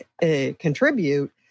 contribute